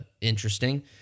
interesting